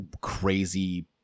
crazy